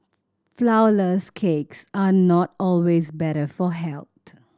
flourless cakes are not always better for health